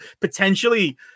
potentially